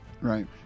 Right